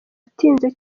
atinze